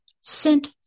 sent